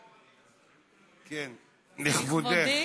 כן, לכבודך.